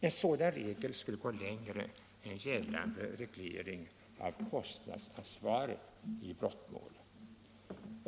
En sådan regel skulle gå längre än gällande reglering av kostnadsansvaret i brottmål.